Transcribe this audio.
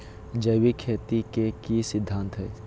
जैविक खेती के की सिद्धांत हैय?